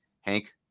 Hank